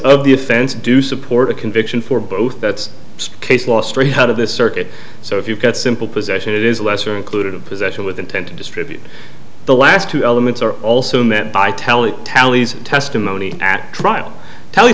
of the offense do support a conviction for both that's case law straight out of this circuit so if you've got simple possession it is a lesser included of possession with intent to distribute the last two elements are also met by telling tallies testimony at trial tell